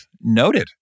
Noted